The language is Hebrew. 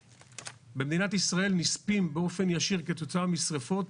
במדינת ישראל נספים באופן ישיר כתוצאה משריפות